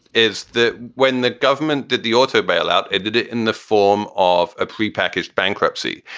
is that when the government did the auto bailout, it did it in the form of a prepackaged bankruptcy.